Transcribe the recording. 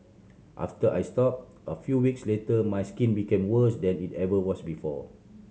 after I stopped a few weeks later my skin became worse than it ever was before